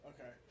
Okay